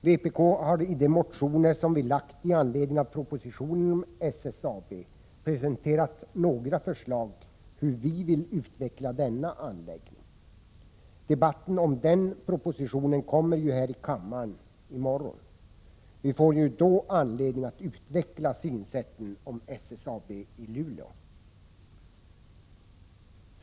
Vpk har i de motioner som vi väckt i anledning av propositionen om SSAB presenterat några förslag hur vi vill utveckla denna anläggning. Debatten om den propositionen kommer ju att föras här i kammaren i morgon. Vi får då anledning att utveckla synsätten när det gäller SSAB i Luleå.